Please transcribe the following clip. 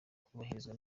kubahirizwa